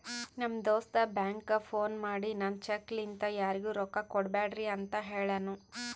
ನಮ್ ದೋಸ್ತ ಬ್ಯಾಂಕ್ಗ ಫೋನ್ ಮಾಡಿ ನಂದ್ ಚೆಕ್ ಲಿಂತಾ ಯಾರಿಗೂ ರೊಕ್ಕಾ ಕೊಡ್ಬ್ಯಾಡ್ರಿ ಅಂತ್ ಹೆಳುನೂ